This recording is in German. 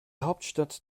hauptstadt